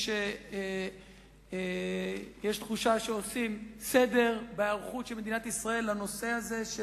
יש תחושה שעושים סדר בהיערכות של מדינת ישראל לנושא הזה,